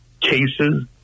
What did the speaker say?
cases